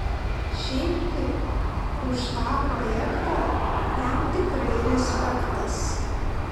šiaip tai už tą projektą jam tikrai respektas